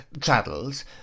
Traddles